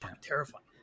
terrifying